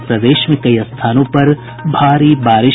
और प्रदेश के कई स्थानों पर भारी बारिश